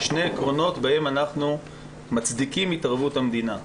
שני עקרונות בהם אנחנו מצדיקים את התערבות המדינה.